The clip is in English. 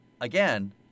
Again